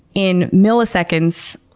in milliseconds,